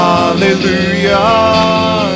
Hallelujah